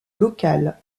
local